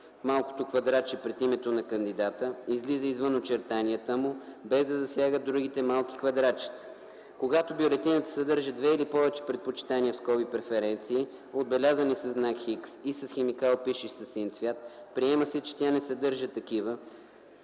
малкото квадратче пред името на кандидата излиза извън очертанията му без да засяга другите малки квадратчета. Когато бюлетината съдържа две или повече предпочитания (преференции), отбелязани със знак „Х” и с химикал, пишещ със син цвят приема се, че тя не съдържа такива,